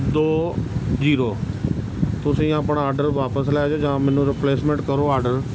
ਦੋ ਜੀਰੋ ਤੁਸੀਂ ਆਪਣਾ ਆਰਡਰ ਵਾਪਿਸ ਲੈ ਜਾਓ ਜਾਂ ਮੈਨੂੰ ਰਿਪਲੇਸਮੈਂਟ ਕਰੋ ਆਰਡਰ